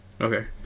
Okay